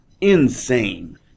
insane